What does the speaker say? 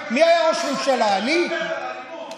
בה, כולנו צריכים להיות שותפים,